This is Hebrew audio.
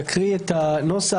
אני אקריא את הנוסח.